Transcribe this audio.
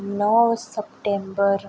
णव सप्टेंबर